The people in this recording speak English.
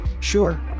Sure